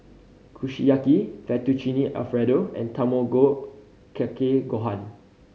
Kushiyaki Fettuccine Alfredo and Tamago Kake Gohan